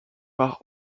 par